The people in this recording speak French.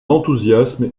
enthousiasme